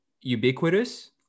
ubiquitous